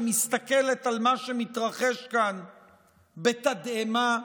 שמסתכלת על מה שמתרחש כאן בתדהמה.